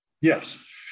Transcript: Yes